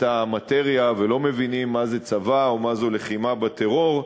המאטריה ולא מבינים מה זה צבא או מה זו לחימה בטרור,